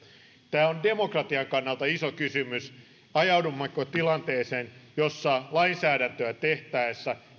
tämä on demokratian kannalta iso kysymys ajaudummeko tilanteeseen jossa lainsäädäntöä tehtäessä